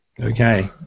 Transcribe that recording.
Okay